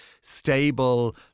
stable